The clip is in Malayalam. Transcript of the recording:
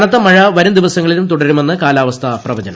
കനത്ത മഴ വരും ദിവസങ്ങളിലും തുടരുമെന്നാണ് കാലാവസ്ഥാ പ്രവചനം